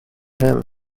him